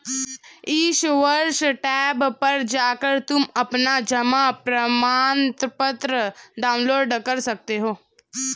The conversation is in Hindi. ई सर्विस टैब पर जाकर तुम अपना जमा प्रमाणपत्र डाउनलोड कर सकती हो